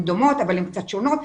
הן דומות, אבל הן קצת שונות.